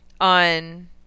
on